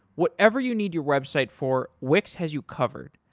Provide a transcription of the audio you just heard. whatever you need your website for, wix has you covered.